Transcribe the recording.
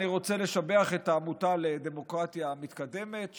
אני רוצה לשבח את העמותה לדמוקרטיה מתקדמת,